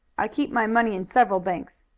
i keep my money in several banks,